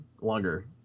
longer